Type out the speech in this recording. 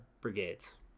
brigades